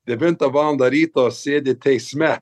devintą valandą ryto sėdi teisme